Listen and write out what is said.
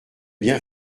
bien